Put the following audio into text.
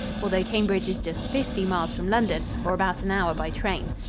although cambridge is just fifty miles from london, or about an hour by train.